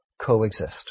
coexist